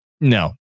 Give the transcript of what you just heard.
No